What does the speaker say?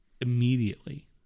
immediately